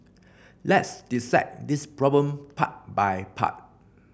let's dissect this problem part by part